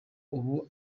ubu